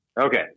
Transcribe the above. okay